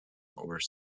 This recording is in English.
where